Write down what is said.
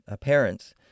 parents